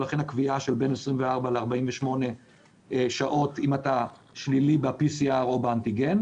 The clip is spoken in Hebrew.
ולכן הקביעה של בין 24 ל-48 שעות אם אתה שלילי ב-PCR או באנטיגן.